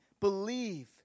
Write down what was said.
believe